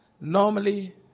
normally